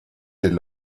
des